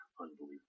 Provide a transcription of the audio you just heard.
unbelievable